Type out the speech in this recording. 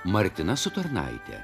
martina su tarnaite